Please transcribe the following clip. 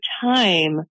time